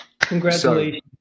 Congratulations